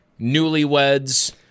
newlyweds